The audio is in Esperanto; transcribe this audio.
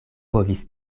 povis